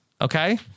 okay